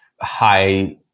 high